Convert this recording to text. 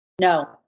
No